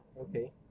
Okay